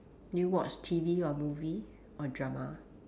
do you watch T_V or movie or drama